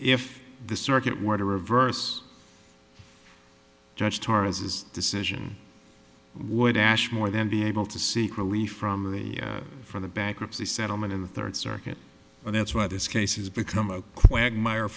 if the circuit were to reverse judge torres's decision would ashmore then be able to seek relief from or from the bankruptcy settlement in the third circuit and that's why this case has become a quagmire